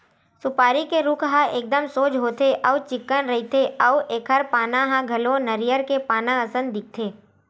सुपारी के रूख ह एकदम सोझ होथे अउ चिक्कन रहिथे अउ एखर पाना ह घलो नरियर के पाना असन दिखथे